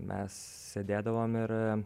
mes sėdėdavom ir